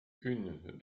une